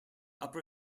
upper